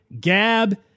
Gab